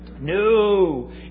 No